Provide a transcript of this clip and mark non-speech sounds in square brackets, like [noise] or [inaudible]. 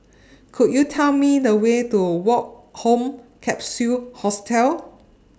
[noise] Could YOU Tell Me The Way to Woke Home Capsule Hostel